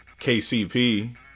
KCP